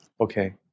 Okay